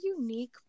unique